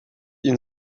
ihn